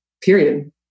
period